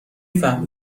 فهمی